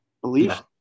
believe